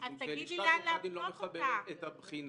משום שלשכת עורכי הדין לא מחברת את הבחינה.